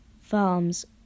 farms